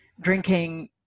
drinking